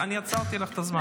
לא, אני עצרתי לך את הזמן.